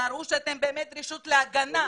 תראו שאתם באמת רשות להגנה.